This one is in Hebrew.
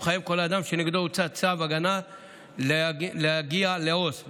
שמחייב כל אדם שנגדו הוצא צו הגנה להגיע לעו"ס.